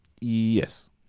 Yes